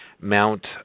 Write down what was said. mount